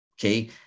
okay